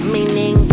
Meaning